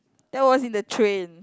that was in the train